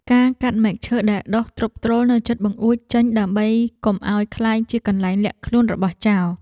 ការកាត់មែកឈើដែលដុះទ្រុបទ្រុលនៅជិតបង្អួចចេញដើម្បីកុំឱ្យក្លាយជាកន្លែងលាក់ខ្លួនរបស់ចោរ។